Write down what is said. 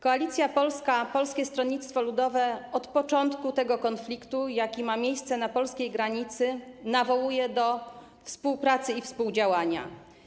Koalicja Polska i Polskie Stronnictwo Ludowe od początku tego konfliktu, jaki ma miejsce na polskiej granicy, nawołują do współpracy i współdziałania.